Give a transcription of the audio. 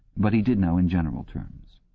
but he did know in general terms.